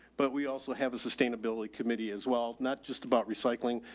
but we also have a sustainability committee as well. not just about recycling,